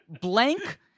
blank